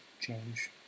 change